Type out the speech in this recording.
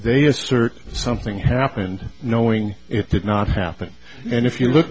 they assert something happened knowing it did not happen and if you look